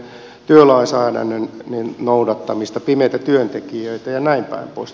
työlainsäädännön noudattamista pimeitä työntekijöitä jnp